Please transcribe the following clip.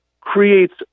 creates